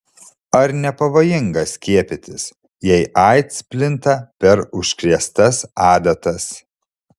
ar nepavojinga skiepytis jei aids plinta per užkrėstas adatas